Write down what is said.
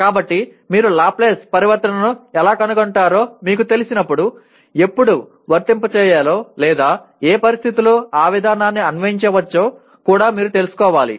కాబట్టి మీరు లాప్లేస్ పరివర్తనను ఎలా కనుగొంటారో మీకు తెలిసినప్పుడు ఎప్పుడు వర్తింపచేయాలో లేదా ఏ పరిస్థితిలో ఆ విధానాన్ని అన్వయించవచ్చో కూడా మీరు తెలుసుకోవాలి